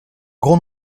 grand